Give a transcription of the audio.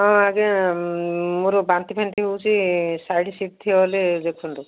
ହଁ ଆଜ୍ଞା ମୋର ବାନ୍ତି ଫାନ୍ତି ହେଉଛି ସାଇଡ଼୍ ସିଟ୍ ଠି ହେଲେ ଦେଖନ୍ତୁ